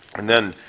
and then,